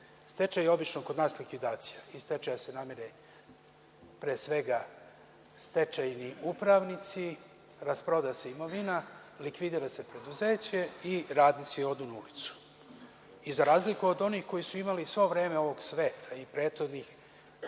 Stečaj je obično kod nas likvidacija. Iz stečaja se namire pre svega stečajni upravnici, rasproda se imovina, likvidira se preduzeće i radnici odu na ulicu, za razliku od onih koji su imali sve vreme ovog sveta i prethodnih